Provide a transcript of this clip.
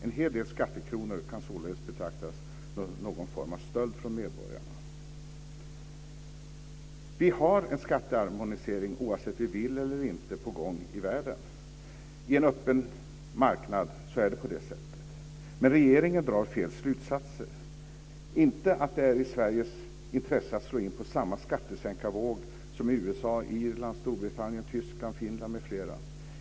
En hel del skattekronor kan således betraktas som någon form av stöld från medborgarna. Vi har en skatteharmonisering, oavsett om vi vill det eller inte, på gång i världen. På en öppen marknad är det på det sättet. Men regeringen drar fel slutsatser, inte att det är i Sveriges intresse att slå in på samma skattesänkarvåg som i USA, Irland, Storbritannien, Tyskland, Finland m.fl.